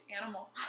animal